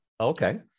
Okay